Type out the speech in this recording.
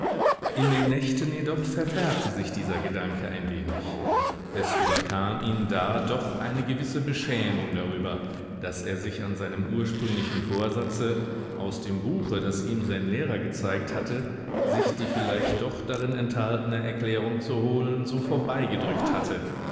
in den nächten jedoch verfärbte sich dieser gedanke ein wenig es überkam ihn da doch eine gewisse beschämung darüber daß er sich an seinem ursprünglichen vorsatze aus dem buche das ihm sein lehrer gezeigt hatte sich die vielleicht doch darin enthaltene erklärung zu holen so vorbeigedrückt hatte